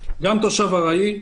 גם תושב ארעי,